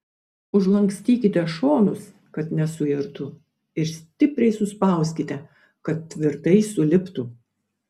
užlankstykite šonus kad nesuirtų ir stipriai suspauskite kad tvirtai suliptų